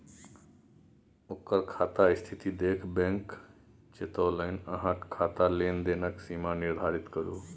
ओकर खाताक स्थिती देखि बैंक चेतोलनि अहाँ खाताक लेन देनक सीमा निर्धारित करू